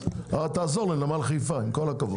תעזור לנמל חיפה, עם כל הכבוד.